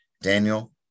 Daniel